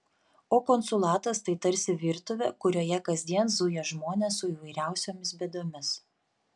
o konsulatas tai tarsi virtuvė kurioje kasdien zuja žmonės su įvairiausiomis bėdomis